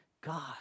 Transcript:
God